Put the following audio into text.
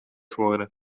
geworden